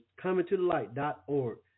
comingtothelight.org